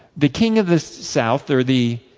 the king of the south, or the